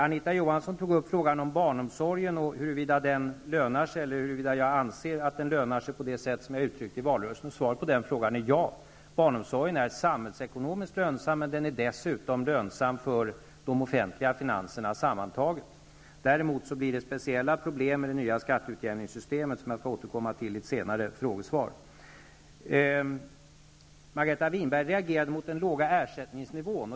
Anita Johansson tog upp frågan om barnomsorgen och huruvida jag anser att den lönar sig på det sätt som jag uttryckte i valrörelsen. Svaret på den frågan är ja. Barnomsorgen är samhällsekonomiskt lönsam. Den är dessutom lönsam för de offentliga finanserna sammantaget. Däremot blir det speciella problem med det nya skatteutjämningssystemet, som jag skall återkomma till i ett senare frågesvar. Margareta Winberg reagerade mot den låga ersättningsnivån.